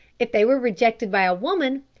if they were rejected by a woman,